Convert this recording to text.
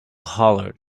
hollered